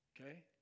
okay